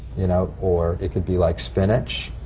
you know, or it could be like spinach,